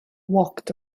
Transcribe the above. walked